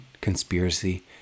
Conspiracy